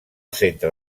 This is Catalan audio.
centre